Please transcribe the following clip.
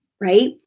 right